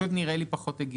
במידה ולא עשו,